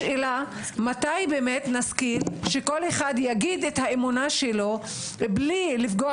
השאלה מתי נסכים שכל אחד יגיד את האמונה שלו בלי לפגוע